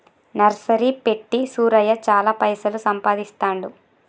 nursery పెట్టి సూరయ్య చాల పైసలు సంపాదిస్తాండు